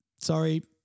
sorry